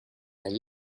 elle